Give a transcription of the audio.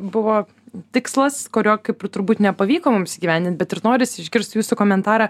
buvo tikslas kurio kaip ir turbūt nepavyko mums įgyvendint bet ir norisi išgirst jūsų komentarą